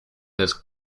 his